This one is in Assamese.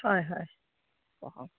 হয় হয়